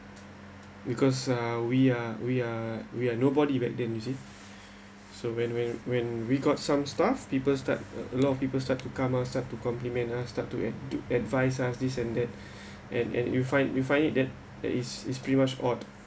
because uh we are we are we are nobody back then you see so when when when we got some stuff people start a lot of people start to come start to compliment us start to ad~ advice us this and that and and you find you find it then that is is pretty much odd